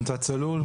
עמותת צלול,